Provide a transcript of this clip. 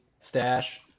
stash